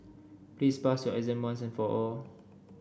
please pass your exam once and for all